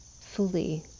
fully